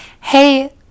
hey